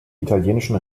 italienischen